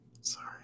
Sorry